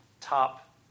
top